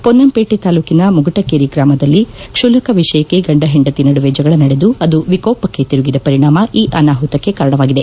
ಪೊನ್ನಂಪೇಟೆ ತಾಲೂಕಿನ ಮುಗಟಕೇರಿ ಗ್ರಾಮದಲ್ಲಿ ಕ್ಷುಲ್ಲಕ ವಿಷಯಕ್ಕೆ ಗಂಡ ಪೆಂಡತಿ ನಡುವೆ ಜಗಳ ನಡೆದು ಅದು ವಿಕೋಪಕ್ಕೆ ತಿರುಗಿದ ವರಿಣಾಮ ಈ ಅನಾಮತಕ್ಕೆ ಕಾರಣವಾಗಿದೆ